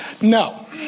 no